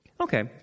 Okay